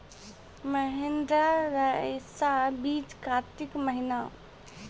महिंद्रा रईसा बीज कार्तिक महीना?